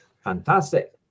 Fantastic